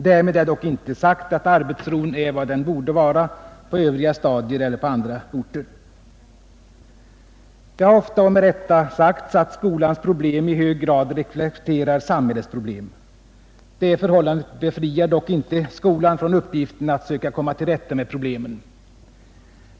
Därmed är dock inte sagt att arbetsron är vad den borde vara på övriga stadier och på andra orter. Det har ofta och med rätta sagts att skolans problem i hög grad reflekterar samhällets problem. Det förhållandet befriar dock inte skolan från uppgiften att söka komma till rätta med problemen.